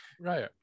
right